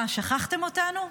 מה, שכחתם אותנו?